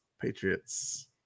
Patriots